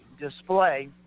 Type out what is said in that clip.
display